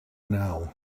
now